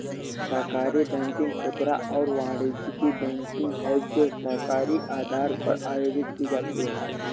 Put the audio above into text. सहकारी बैंकिंग खुदरा और वाणिज्यिक बैंकिंग है जो सहकारी आधार पर आयोजित की जाती है